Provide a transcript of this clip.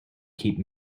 keep